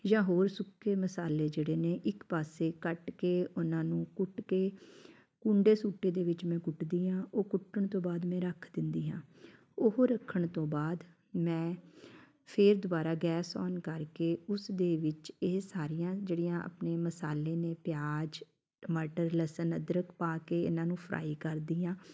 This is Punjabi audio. ਜਾਂ ਹੋਰ ਸੁੱਕੇ ਮਸਾਲੇ ਜਿਹੜੇ ਨੇ ਇੱਕ ਪਾਸੇ ਕੱਟ ਕੇ ਉਹਨਾਂ ਨੂੰ ਕੁੱਟ ਕੇ ਕੁੰਡੇ ਸੋਟੇ ਦੇ ਵਿੱਚ ਮੈਂ ਕੁੱਟਦੀ ਹਾਂ ਉਹ ਕੁੱਟਣ ਤੋਂ ਬਾਅਦ ਮੈਂ ਰੱਖ ਦਿੰਦੀ ਹਾਂ ਉਹ ਰੱਖਣ ਤੋਂ ਬਾਅਦ ਮੈਂ ਫਿਰ ਦੁਬਾਰਾ ਗੈਸ ਔਨ ਕਰਕੇ ਉਸ ਦੇ ਵਿੱਚ ਇਹ ਸਾਰੀਆਂ ਜਿਹੜੀਆਂ ਆਪਣੇ ਮਸਾਲੇ ਨੇ ਪਿਆਜ ਟਮਾਟਰ ਲਸਣ ਅਦਰਕ ਪਾ ਕੇ ਇਹਨਾਂ ਨੂੰ ਫਰਾਈ ਕਰਦੀ ਹਾਂ